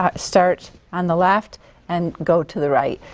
um start on the left and go to the right?